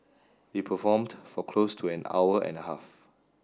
they performed for close to an hour and a half